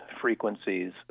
frequencies